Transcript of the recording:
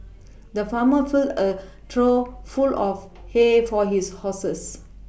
the farmer filled a trough full of hay for his horses